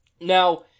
Now